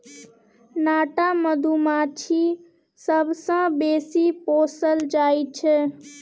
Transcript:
नाटा मधुमाछी सबसँ बेसी पोसल जाइ छै